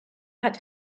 had